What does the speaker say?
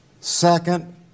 second